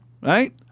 right